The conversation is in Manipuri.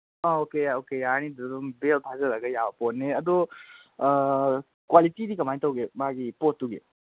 ꯑꯥ ꯑꯣꯀꯦ ꯑꯣꯀꯦ ꯌꯥꯔꯅꯤ ꯑꯗꯨꯗ ꯑꯗꯨꯝ ꯕꯦꯜ ꯐꯥꯖꯤꯜꯂꯒ ꯌꯥꯕ ꯄꯣꯠꯅꯤ ꯑꯗꯨ ꯀ꯭ꯋꯥꯂꯤꯇꯤꯗꯤ ꯀꯃꯥꯏꯅ ꯇꯧꯒꯦ ꯃꯥꯒꯤ ꯄꯣꯠꯇꯨꯒꯤ